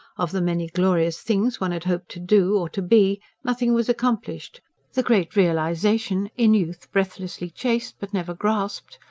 of the many glorious things one had hoped to do or to be nothing was accomplished the great realisation, in youth breathlessly chased but never grasped,